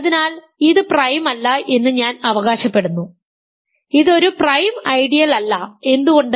അതിനാൽ ഇത് പ്രൈം അല്ല എന്ന് ഞാൻ അവകാശപ്പെടുന്നു ഇത് ഒരു പ്രൈം ഐഡിയൽ അല്ല എന്തുകൊണ്ട്